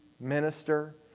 minister